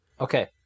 Okay